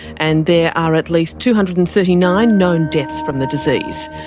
and there are at least two hundred and thirty nine known deaths from the disease.